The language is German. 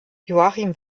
joachim